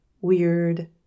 weird